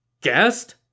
Guest